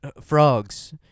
frogs